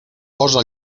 posa